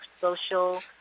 social